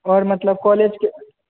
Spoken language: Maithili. आओर मतलब कॉलेजके